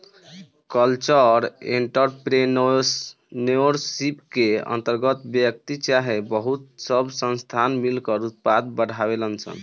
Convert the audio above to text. cultural entrepreneurship के अंतर्गत व्यक्ति चाहे बहुत सब संस्थान मिलकर उत्पाद बढ़ावेलन सन